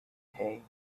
hay